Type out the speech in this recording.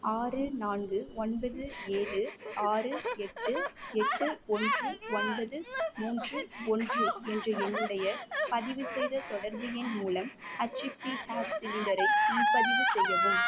ஆறு நான்கு ஒன்பது ஏழு ஆறு எட்டு எட்டு ஒன்று ஒன்பது மூன்று ஒன்று என்ற என்னுடைய பதிவுசெய்த தொடர்பு எண் மூலம் ஹெச்சுபி கேஸ் சிலிண்டரை முன்பதிவு செய்யவும்